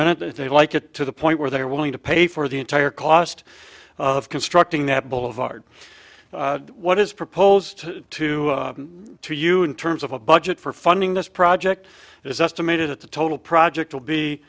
minute if they like it to the point where they are willing to pay for the entire cost of constructing that boulevard what is proposed to to you in terms of a budget for funding this project is estimated at the total project will be